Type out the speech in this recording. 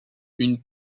une